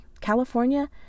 California